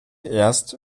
erst